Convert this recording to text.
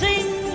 Sing